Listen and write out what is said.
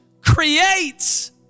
creates